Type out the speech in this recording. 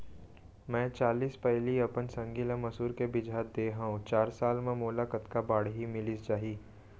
मैं चालीस पैली अपन संगी ल मसूर के बीजहा दे हव चार साल म मोला कतका बाड़ही मिलिस जाही?